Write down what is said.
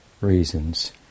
reasons